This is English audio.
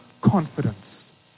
confidence